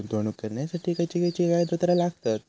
गुंतवणूक करण्यासाठी खयची खयची कागदपत्रा लागतात?